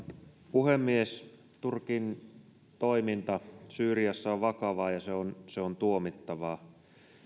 puhemies turkin toiminta syyriassa on vakavaa ja tuomittavaa